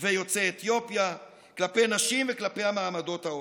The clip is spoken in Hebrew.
ויוצאי אתיופיה, כלפי נשים וכלפי המעמדות העובדים.